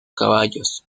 caballos